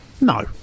No